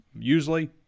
usually